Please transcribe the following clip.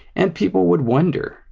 and people would wonder,